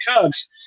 cubs